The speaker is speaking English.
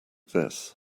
this